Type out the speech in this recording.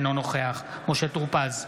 אינו נוכח משה טור פז,